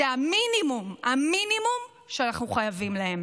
זה המינימום, המינימום שאנחנו חייבים להם.